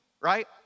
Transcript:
right